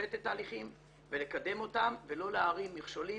לפשט את התהליכים ולקדם אותם ולא להערים מכשולים